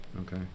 Okay